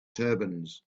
turbans